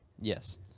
yes